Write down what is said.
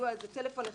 זה טלפון אחד.